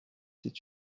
c’est